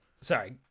Sorry